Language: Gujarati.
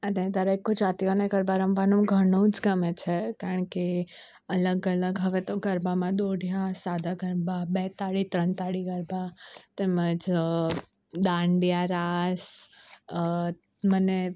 અને દરેક ગુજરાતીઓને ગરબા રમવાનું ઘણું જ ગમે છે કારણ કે અલગ અલગ હવે તો ગરબામાં દોઢિયા સાદા ગરબા બે તાળી ત્રણ તાળી ગરબા તેમજ દાંડિયા રાસ મને